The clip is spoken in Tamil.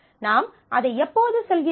நாம் அதை எப்போது சொல்கிறோம்